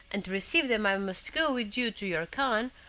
and to receive them i must go with you to your khan,